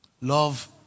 Love